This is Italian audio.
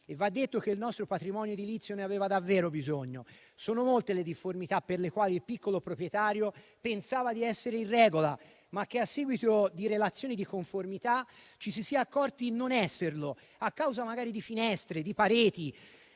e va detto che il nostro patrimonio edilizio ne aveva davvero bisogno. Sono molte le difformità per le quali il piccolo proprietario pensava di essere in regola, ma rispetto alle quali, a seguito di relazioni di conformità, si è accorto di non esserlo, a causa magari di finestre o di pareti.